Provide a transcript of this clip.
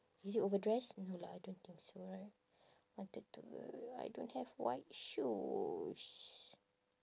is it overdressed no lah I don't think so right wanted to I don't have white shoes